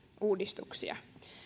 uudistuksia